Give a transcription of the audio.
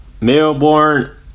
melbourne